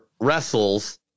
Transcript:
wrestles